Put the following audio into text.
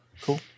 Cool